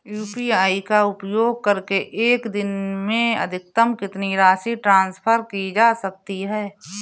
UPI का उपयोग करके एक दिन में अधिकतम कितनी राशि ट्रांसफर की जा सकती है?